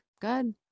good